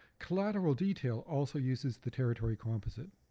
collateral detail also uses the territory composite.